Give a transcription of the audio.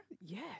Yes